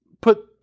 put